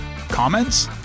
Comments